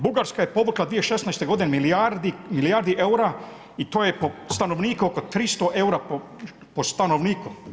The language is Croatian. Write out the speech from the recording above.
Bugarska je povukla 2016.g. milijardi eura i to je po stanovniku oko 300 eura po stanovniku.